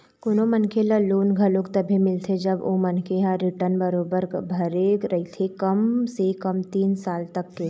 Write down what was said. कोनो मनखे ल लोन घलोक तभे मिलथे जब ओ मनखे ह रिर्टन बरोबर भरे रहिथे कम से कम तीन साल तक के